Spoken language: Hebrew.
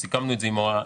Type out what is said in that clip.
סיכמנו את זה עם האוצר.